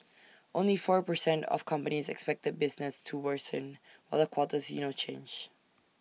only four per cent of companies expected business to worsen while A quarter see no change